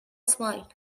smile